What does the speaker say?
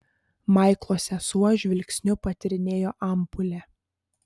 maiklo sesuo žvilgsniu patyrinėjo ampulę